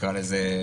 נקרא לזה,